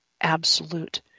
absolute